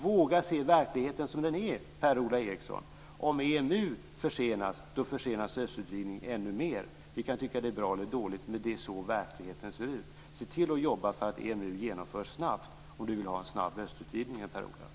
Våga se verkligheten som den är, Per-Ola Eriksson! Om EMU försenas, då försenas östutvidgningen ännu mer. Vi kan tycka att det är bra eller dåligt, men det är så verkligheten ser ut. Om Per-Ola Eriksson vill ha en snabb östutvidgning får han se till att jobba för att EMU genomförs snabbt.